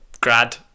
grad